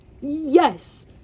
yes